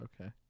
okay